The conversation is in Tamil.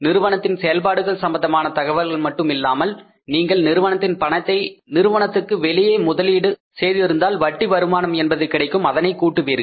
நிறுவனத்தின் செயல்பாடுகள் சம்பந்தமான தகவல்கள் மட்டும் இல்லாமல் நீங்கள் நிறுவனத்தின் பணத்தை நிறுவனத்துக்கு வெளியே முதலீடு செய்திருந்தால் வட்டி வருமானம் என்பது கிடைக்கும் அதனை கூட்டுவீர்கள்